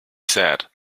said